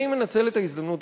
אני מנצל את ההזדמנות,